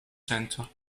centre